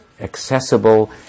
accessible